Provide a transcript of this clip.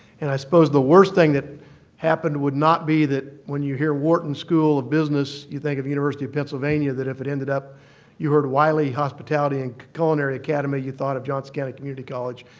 and i suppose the worst thing that happened would not be that when you hear wharton school of business, you think of university of pennsylvania that if it ended up you heard wylie hospitality and culinary academy, you thought of johnson county community college.